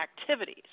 activities